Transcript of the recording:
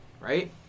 right